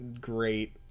Great